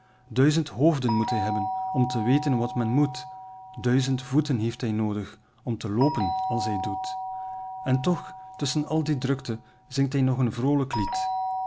duizend hoofden moet hij hebben om te weten wat men moet duizend voeten heeft hij noodig om te loopen als hij doet en toch tusschen al die drukte zingt hij nog een vroolijk lied